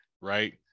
right